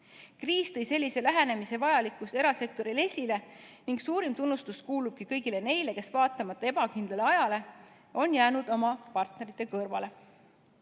Kriis tõi sellise lähenemise vajalikkuse erasektorile esile ning suurim tunnustus kuulubki kõigile neile, kes vaatamata ebakindlale ajale on jäänud oma partnerite kõrvale.